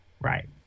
right